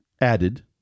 added